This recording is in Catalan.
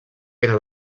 era